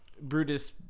Brutus